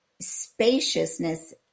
spaciousness